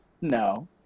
no